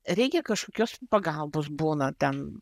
reikia kažkokios pagalbos būna ten